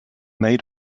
made